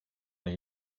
les